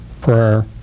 prayer